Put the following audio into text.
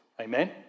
Amen